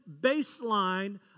baseline